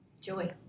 joy